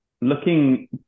Looking